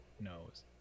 knows